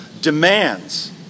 demands